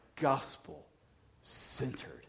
gospel-centered